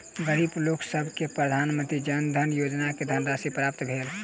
गरीब लोकसभ के प्रधानमंत्री जन धन योजना के धनराशि प्राप्त भेल